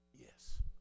yes